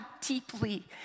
deeply